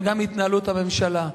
אבל גם בהתנהלות הממשלה.